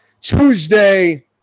Tuesday